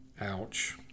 Ouch